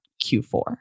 Q4